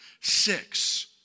six